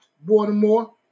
Baltimore